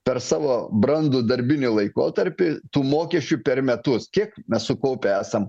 per savo brandų darbinį laikotarpį tų mokesčių per metus kiek mes sukaupę esam